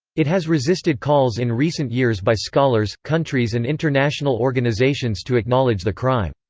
it has resisted calls in recent years by scholars, countries and international organizations to acknowledge the crime.